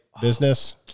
business